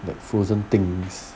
that frozen things